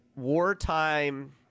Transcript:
wartime